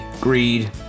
greed